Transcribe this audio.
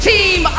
Team